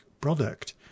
product